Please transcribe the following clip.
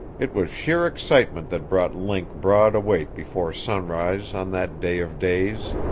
it was sheer excitement that brought link broad awake before sunrise on that day of days.